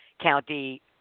county